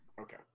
Okay